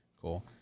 Cool